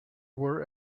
were